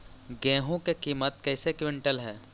गेहू के किमत कैसे क्विंटल है?